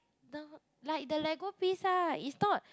the like the lego piece lah it's not